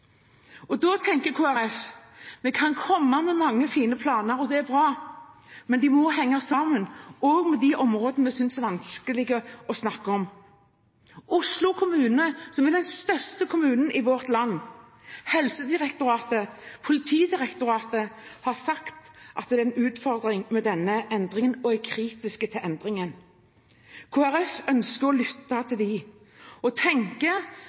Da tenker Kristelig Folkeparti at vi kan komme med mange fine planer, og det er bra. Men de må henge sammen, også med de områdene vi synes er vanskelige å snakke om. Oslo kommune, som er den største kommunen i vårt land, Helsedirektoratet og Politidirektoratet har sagt at det er en utfordring med denne endringen, og er kritiske til den. Kristelig Folkeparti ønsker å lytte til dem og